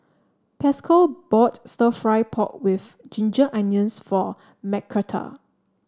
Pascal bought stir fry pork with Ginger Onions for Mcarthur